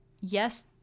Yes